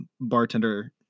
bartender